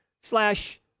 slash